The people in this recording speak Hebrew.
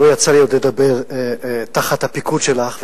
לא יצא לי עוד לדבר תחת הפיקוד שלך,